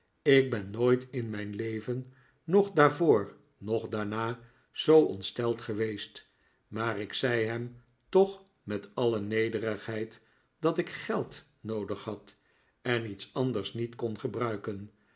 ik ben nooit in mijn leven noch daarvoor noch daarna zoo ontsteld geweest maar ik zei hem toch met alle nederigheid dat ik geld noodig had en iets anders niet kon gebruiken